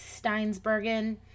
Steinsbergen